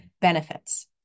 benefits